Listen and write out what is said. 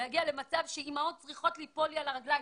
להגיע למצב שאימהות צריכות ליפול לי על הרגליים.